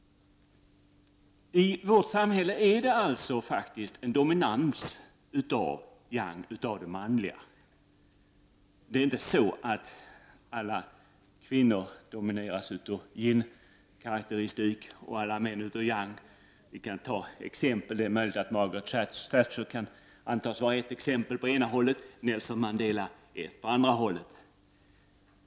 I vårt samhälle är det alltså faktiskt dominans av yang, av det manliga. Det är inte så att alla kvinnor domineras av yin-karaktäristik och alla män av yang. Vi kan som exempel ta Margaret Thatcher som exempel på det ena och Nelson Mandela åt andra hållet.